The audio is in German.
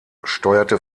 steuerte